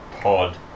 pod